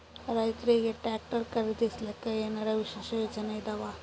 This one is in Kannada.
ರೈತರಿಗೆ ಟ್ರಾಕ್ಟರ್ ಖರೀದಿಸಲಿಕ್ಕ ಏನರ ವಿಶೇಷ ಯೋಜನೆ ಇದಾವ?